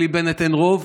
בלי בנט אין רוב,